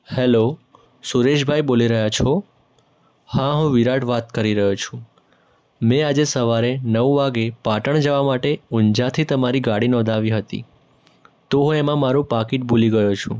hello Sureshbhai બોલી રહ્યા છો હા હું વિરાટ વાત કરી રહ્યો છું મેં આજે સવારે નવ વાગે પાટણ જવા માટે ઉંઝાથી તમારી ગાડી નોંધાવી હતી તો એમાં હું મારું પાકિટ ભૂલી ગયો છું